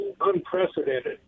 unprecedented